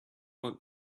work